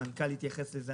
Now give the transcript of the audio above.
המנכ"ל יתייחס לזה,